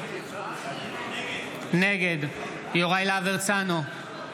נגד יוראי להב הרצנו,